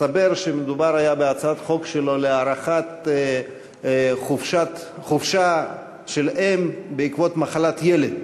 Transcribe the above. הסתבר שמדובר היה בהצעת חוק שלו להארכת חופשה של אם בעקבות מחלת ילד.